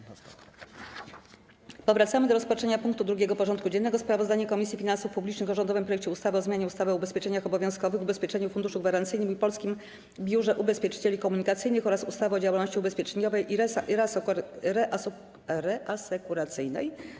Powracamy do rozpatrzenia punktu 2. porządku dziennego: Sprawozdanie Komisji Finansów Publicznych o rządowym projekcie ustawy o zmianie ustawy o ubezpieczeniach obowiązkowych, Ubezpieczeniowym Funduszu Gwarancyjnym i Polskim Biurze Ubezpieczycieli Komunikacyjnych oraz ustawy o działalności ubezpieczeniowej i reasekuracyjnej.